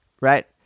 right